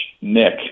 Nick